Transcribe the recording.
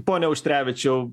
pone auštrevičiau